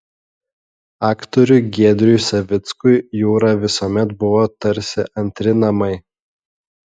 aktoriui giedriui savickui jūra visuomet buvo tarsi antri namai